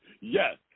Yes